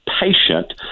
patient